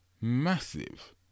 massive